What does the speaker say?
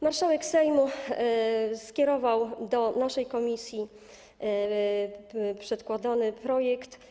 Marszałek Sejmu skierował do naszej komisji przedkładany projekt.